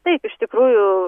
taip iš tikrųjų